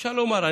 אפשר לומר,